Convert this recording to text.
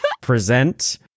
present